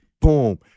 boom